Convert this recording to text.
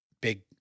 big